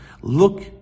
Look